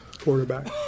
Quarterback